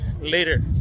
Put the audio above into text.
later